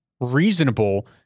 reasonable